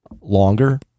longer